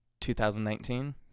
2019